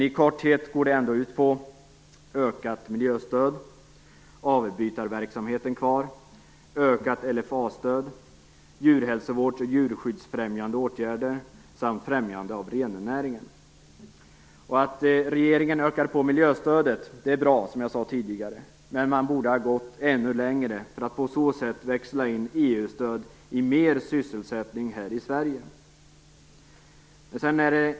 I korthet gick det ut på: Som jag sade tidigare är det bra att regeringen ökar på miljöstödet, men man borde ha gått ännu längre för att på så sätt växla in EU-stöd i mer sysselsättning här i Sverige.